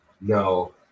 No